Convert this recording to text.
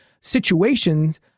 situations